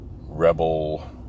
Rebel